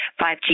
5G